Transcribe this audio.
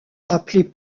appelés